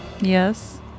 Yes